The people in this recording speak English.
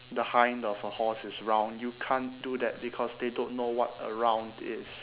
the hind of a horse is round you can't do that because they don't know what a round is